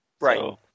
Right